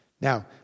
Now